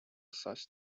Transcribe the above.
such